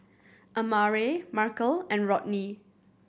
Amare Markel and Rodney